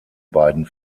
beiden